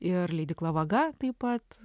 ir leidykla vaga taip pat